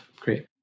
great